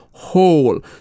Whole